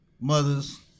mothers